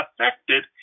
affected